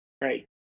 right